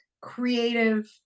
creative